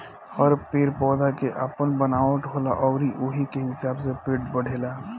हर पेड़ पौधा के आपन बनावट होला अउरी ओही के हिसाब से पेड़ बढ़ेला